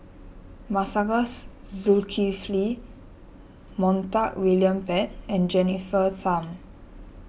Masagos Zulkifli Montague William Pett and Jennifer Tham